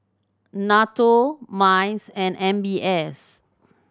NATO MICE and M B S